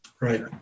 right